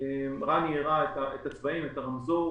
רני הראה את הצבעים, את הרמזור.